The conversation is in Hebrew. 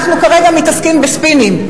כרגע אנחנו מתעסקים בספינים.